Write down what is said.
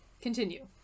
Continue